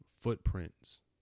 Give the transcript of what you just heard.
footprints